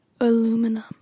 Aluminum